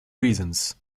reasons